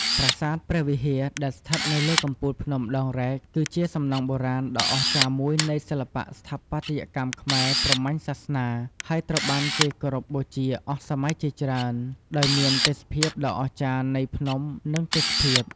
ប្រាសាទព្រះវិហារ ដែលស្ថិតនៅលើកំពូលភ្នំដងរែក គឺជាសំណង់បុរាណដ៏អស្ចារ្យមួយនៃសិល្បៈស្ថាបត្យកម្មខ្មែរព្រហ្មញ្ញសាសនា ហើយត្រូវបានគេគោរពបូជាអស់សម័យជាច្រើន ដោយមានទេសភាពដ៏អស្ចារ្យនៃភ្នំនិងទេសភាព ។